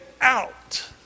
out